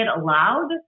aloud